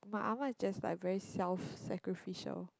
my ah ma is just like very self sacrificial